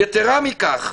יתרה מכך,